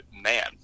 man